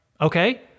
okay